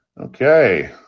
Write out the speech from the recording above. Okay